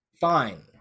fine